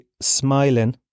smiling